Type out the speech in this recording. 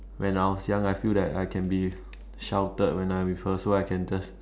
when I was young I feel that I can be sheltered when I'm with her so I can just